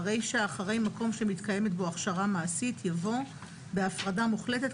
ברישה אחרי "מקום שמתקיימת בו הכשרה מעשית" יבוא " בהפרדה מוחלטת,